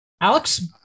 Alex